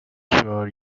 sure